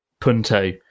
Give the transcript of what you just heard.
Punto